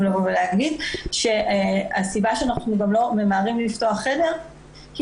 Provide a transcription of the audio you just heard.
שנכון לבוא ולהגיד שהסיבה שאנחנו גם לא ממהרים לפתוח חדר היא